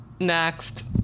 next